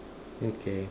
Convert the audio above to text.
okay